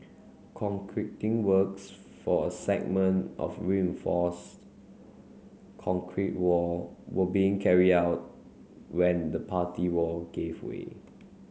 concreting works for a segment of reinforced concrete wall were being carry out when the party wall gave way